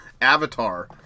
avatar